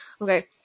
Okay